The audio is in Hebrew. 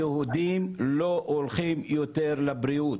היהודים לא הולכים יותר לבריאות,